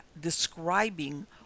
describing